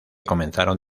comenzaron